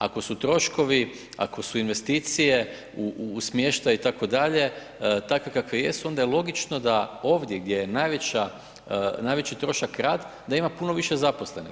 Ako su troškovi, ako su investicije u smještaj itd. takve kakve jesu, onda je logično da ovdje gdje je najveći trošak rad, da imam puno više zaposlenih.